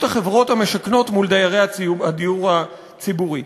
החברות המשכנות מול דיירי הדיור הציבורי.